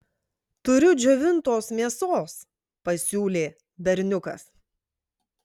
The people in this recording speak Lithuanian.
turiu džiovintos mėsos pasiūlė berniukas